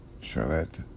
Charlotte